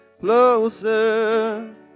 closer